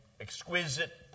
exquisite